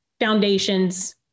foundations